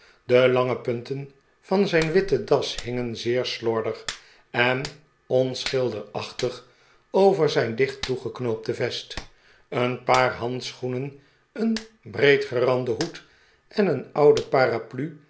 de lange punten van zijn witte das hingen zeer slordig en onschilderaehtig over zijn dicht toegeknoopte vest een paar handschoenen een breedgerande hoed en een oude paraplu